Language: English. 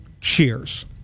cheers